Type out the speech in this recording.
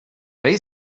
they